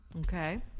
okay